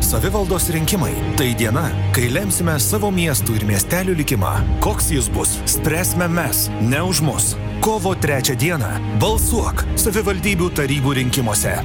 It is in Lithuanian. savivaldos rinkimai tai diena kai lemsime savo miestų ir miestelių likimą koks jis bus spręsime mes ne už mus kovo trečią dieną balsuok savivaldybių tarybų rinkimuose